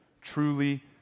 truly